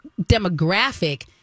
demographic